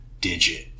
digit